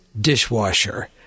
dishwasher